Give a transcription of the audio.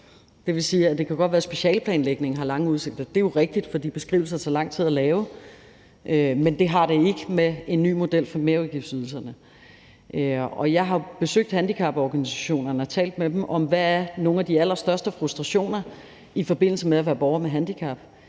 godt kan være, at specialeplanlægningen har lange udsigter. Det er jo rigtigt, fordi beskrivelser tager lang tid at lave. Men det har det ikke med en ny model for merudgiftsydelserne. Jeg har besøgt handicaporganisationerne og talt med dem om, hvad nogle af de allerstørste frustrationer er i forbindelse med at være borger med handicap